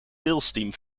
salesteam